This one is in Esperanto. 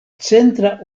centra